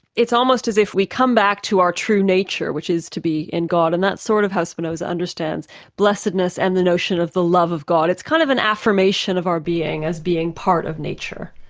it's almost as if we come back to our true nature which is to be in god. and that sort of how spinoza understands blessedness and the notion of the love of god. it's kind of an affirmation of our being as being part of nature.